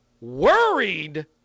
worried